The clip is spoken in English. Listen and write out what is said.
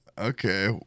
Okay